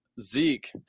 Zeke